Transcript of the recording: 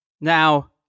Now